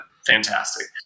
Fantastic